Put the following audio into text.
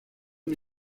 una